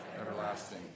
everlasting